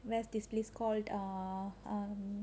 there's this place called err um